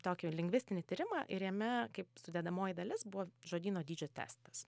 tokį lingvistinį tyrimą ir jame kaip sudedamoji dalis buvo žodyno dydžio testas